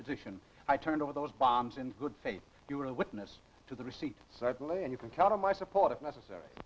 position i turned over those bombs in good faith you were a witness to the receipt certainly and you can count on my support if necessary